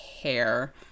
care